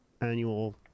annual